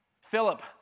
Philip